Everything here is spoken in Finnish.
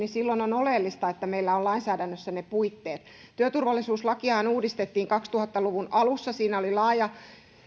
silloin on oleellista että meillä on lainsäädännössä ne puitteet työturvallisuuslakiahan uudistettiin kaksituhatta luvun alussa siinä oli laaja